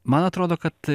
man atrodo kad